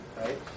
right